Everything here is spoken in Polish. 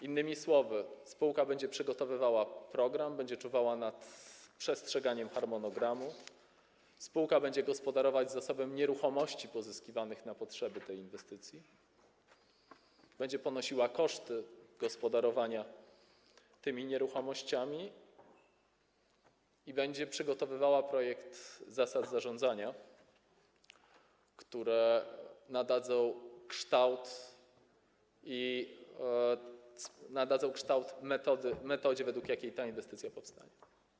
Innymi słowy spółka będzie przygotowywała program, będzie czuwała nad przestrzeganiem harmonogramu, będzie gospodarować zasobem nieruchomości pozyskiwanych na potrzeby tej inwestycji, będzie ponosiła koszty gospodarowania tymi nieruchomościami i będzie przygotowywała projekt zasad zarządzania, które nadadzą kształt metodzie, według której ta inwestycja powstanie.